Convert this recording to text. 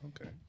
Okay